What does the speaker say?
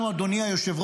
אדוני היושב-ראש,